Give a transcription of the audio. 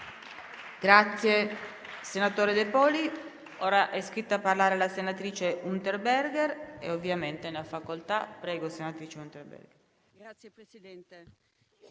Grazie